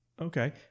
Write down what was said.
Okay